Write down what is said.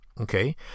okay